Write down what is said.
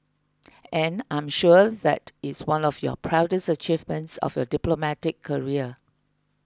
and I'm sure that is one of your proudest achievements of your diplomatic career